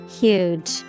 Huge